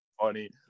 funny